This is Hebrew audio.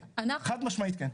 חד משמעית כן.